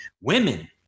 women